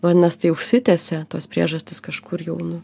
vadinas tai užsitęsė tos priežastys kažkur jau nu